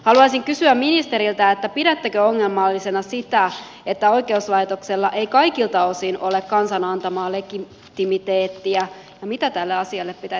haluaisin kysyä ministeriltä pidättekö ongelmallisena sitä että oikeuslaitoksella ei kaikilta osin ole kansan antamaa legitimiteettiä ja mitä tälle asialle pitäisi tehdä